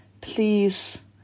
please